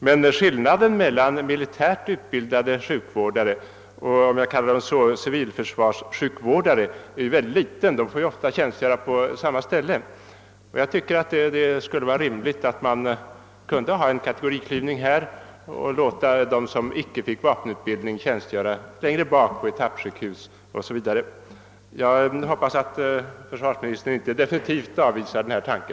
Men skillnaden mellan militärt utbilddade sjukvårdare och civilförsvarssjukvårdare, om jag får kalla dem så, är mycket liten. De får ofta tjänstgöra på samma ställe. Jag tycker det vore rimligt att här ha en kategoriklyvning och låta dem som inte blir vapenutbildade tjänstgöra t.ex. på etappsjukhus o. s. v. Jag hoppas att försvarsministern inte definitivt avvisar denna tanke.